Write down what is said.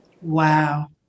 Wow